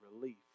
relief